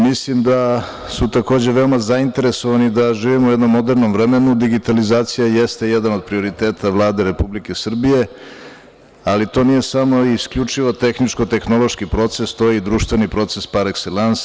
Mislim da su takođe veoma zainteresovani da živimo u jednom modernom vremenu, digitalizacija jeste jedan od prioriteta Vlade Republike Srbije, ali to nije samo i isključivo tehničko-tehnološki proces, to je i društveni proces par ekselans.